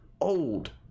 old